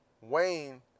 Wayne